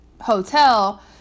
hotel